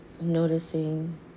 Noticing